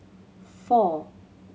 four